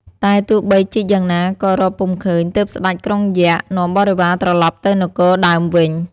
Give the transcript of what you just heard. តែទោះបីជីកយ៉ាងណាក៏រកពុំឃើញ ទើបស្ដេចក្រុងយក្ខ នាំបរិវារត្រឡប់ទៅនគរដើមវិញ។